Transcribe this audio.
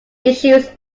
issues